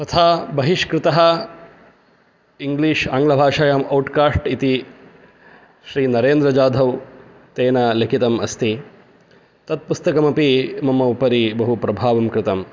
तथा बहिष्कृतः English आङ्गलभाषायाम् out काष्ट् इति श्रीनरेन्द्रजाधव् तेन लिखितम् अस्ति तत् पुस्तकमपि मम उपरि बहु प्रभावं कृतं